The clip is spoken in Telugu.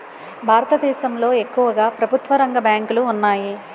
భారతదేశంలో ఎక్కువుగా ప్రభుత్వరంగ బ్యాంకులు ఉన్నాయి